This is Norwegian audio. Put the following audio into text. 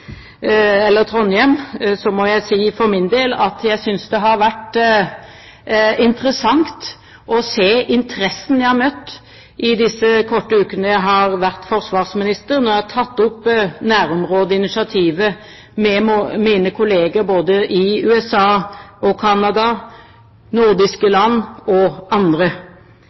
Trondheim på kartet, må jeg si for min del at jeg synes det har vært interessant å se interessen jeg har møtt i disse korte ukene jeg har vært forsvarsminister når jeg har tatt opp nærområdeinitiativet med mine kolleger både i USA og Canada, nordiske land og andre.